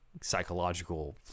psychological